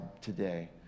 today